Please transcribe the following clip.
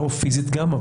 לא פיזית גם,